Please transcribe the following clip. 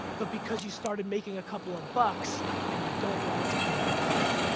but because you started making a couple of bucks and you don't want it to go away.